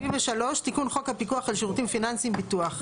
תיקון חוק הפיקוח על שירותים פיננסיים (ביטוח)